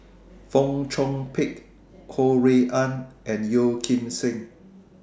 Fong Chong Pik Ho Rui An and Yeo Kim Seng